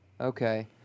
Okay